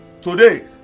Today